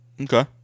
okay